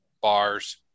bars